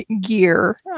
gear